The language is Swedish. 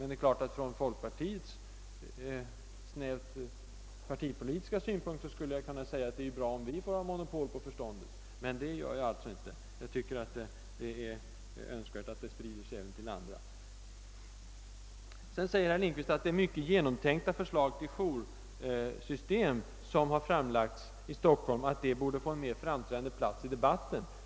Det är klart att jag ur folkpartiets snävt partipolitiska synpunkt kan säga att det är bra, om vi får ha monopol på förståndet, men det gör jag alltså inte — jag tycker att det är önskvärt att det sprider sig även till andra. Vidare säger herr Lindkvist att mycket välbetänkta förslag på joursystem har framlagts i Stockholm och att de borde få en mera framträdande plats i debatten.